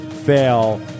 fail